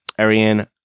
Ariane